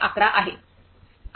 11 आहे